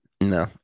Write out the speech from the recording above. no